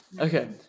Okay